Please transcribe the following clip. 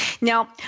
Now